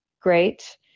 great